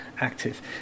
active